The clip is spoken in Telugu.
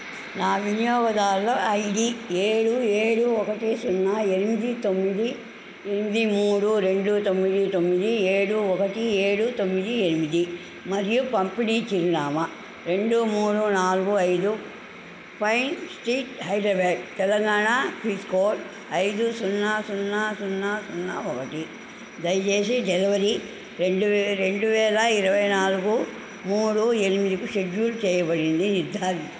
నా వినియోగదారుల ఐడి ఏడు ఏడు ఒకటి సున్నా ఎనిమిది తొమ్మిది ఎనిమిది మూడు రెండు తొమ్మిది తొమ్మిది ఏడు ఒకటి ఏడు తొమ్మిది ఎనిమిది మరియు పంపిణీ చిరునామా రెండు మూడు నాలుగు ఐదు Pine Street Hyderabad Telangana pin code ఐదు సున్నా సున్నా సున్నా సున్నా ఒకటి దయచేసి డెలివరీ రెండువే రెండు వేల ఇరవై నాలుగు మూడు ఎనిమిదికు షెడ్యూల్ చెయ్యబడింది నిర్ధారించుకోండి